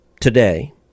today